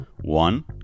One